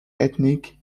ethnic